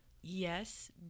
yes